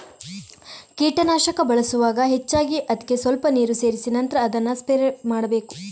ಕೀಟನಾಶಕ ಬಳಸುವಾಗ ಹೆಚ್ಚಾಗಿ ಅದ್ಕೆ ಸ್ವಲ್ಪ ನೀರು ಸೇರಿಸಿ ನಂತ್ರ ಅದನ್ನ ಸ್ಪ್ರೇ ಮಾಡ್ತಾರೆ